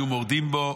היו מורדים בו,